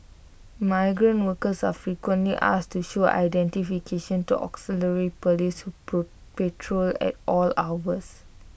migrant workers are frequently asked to show identification to auxiliary Police patrol at all hours